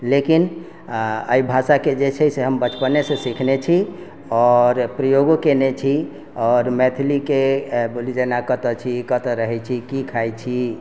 लेकिन एहि भाषा के जे छै से हम बचपने सँ सिखने छी आओर प्रयोगो कयने छी आओर मैथिलि के बोली जेना कतए छी कतय रहै छी की खाइ छी